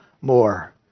more